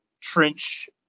trench